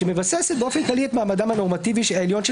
שמבססת באופן כללי את מעמדם הנורמטיבי העליון של